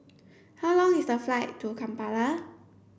how long is the flight to Kampala